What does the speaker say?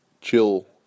chill